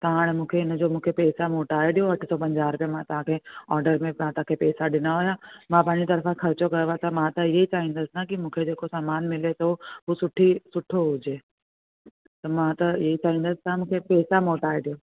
तव्हां हाणे मूंखे हिन जो मुखे पेसा मोटाए ॾियो अठ सौ पंजाहु रुपया मां तव्हांखे ऑडर में मां तव्हांखे पेसा ॾिना हुआ मां पंहिंजी तरफ़ां ख़र्चो कयो आहे त मां त इहा ई चाहींदसि ना की मूंखे जेको सामान मिले थो उहो सुठी सुठो हुजे त मां त ईअ चाहींदसि तव्हां मूंखे पेसा मोटाए ॾियो